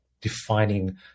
defining